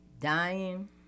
dying